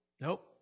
Nope